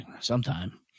sometime